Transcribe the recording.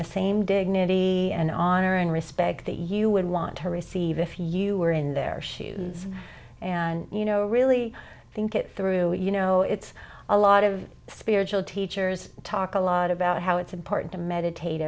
the same dignity and honor and respect that you would want to receive if you were in their shoes and you know really think it through you know it's a lot of spiritual teachers talk a lot about how it's important to meditate